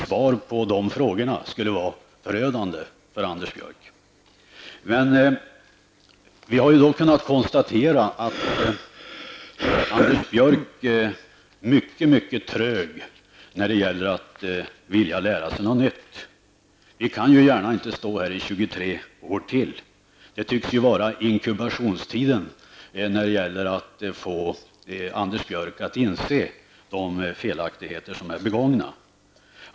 Svar på de frågorna skulle nämligen vara förödande för Vi har kunnat konstatera att Anders Björck är mycket trög när det gäller att vilja lära sig något nytt. Vi kan inte gärna stå här i ytterligare 23 år. Det tycks vara ''inkubationstiden'' när det gäller att få Anders Björck att inse de felaktigheter som är begångna.